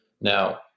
Now